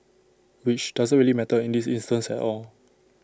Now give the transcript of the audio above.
which doesn't really matter in this instance at all